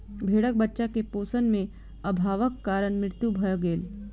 भेड़क बच्चा के पोषण में अभावक कारण मृत्यु भ गेल